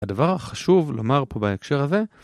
הדבר החשוב לומר פה בהקשר הזה